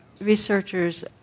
researchers